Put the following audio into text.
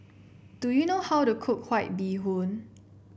do you know how to cook White Bee Hoon